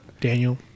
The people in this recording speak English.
Daniel